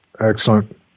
Excellent